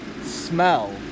smell